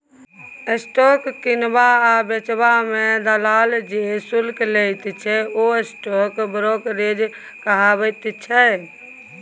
stock किनबा आ बेचबा मे दलाल जे शुल्क लैत छै ओ स्टॉक ब्रोकरेज कहाबैत छै